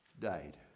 died